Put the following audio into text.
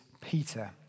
Peter